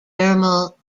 dermal